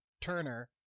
Turner